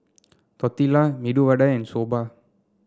Tortilla Medu Vada and Soba